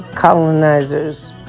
colonizers